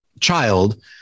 child